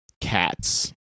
cats